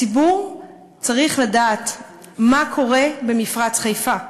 הציבור צריך לדעת מה קורה במפרץ חיפה.